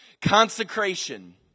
consecration